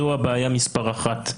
זו הבעיה מספר אחת,